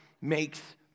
makes